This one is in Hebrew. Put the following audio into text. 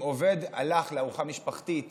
אם עובד הלך לארוחה משפחתית